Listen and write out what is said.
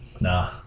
Nah